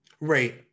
Right